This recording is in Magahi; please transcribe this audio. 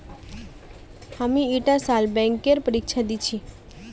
हामी ईटा साल बैंकेर परीक्षा दी छि